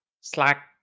Slack